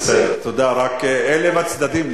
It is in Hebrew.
אלה בצדדים,